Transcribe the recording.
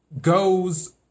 goes